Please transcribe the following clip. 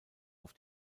auf